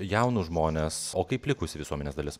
jaunus žmones o kaip likusi visuomenės dalis